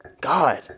God